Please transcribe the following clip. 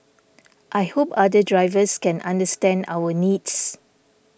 I hope other drivers can understand our needs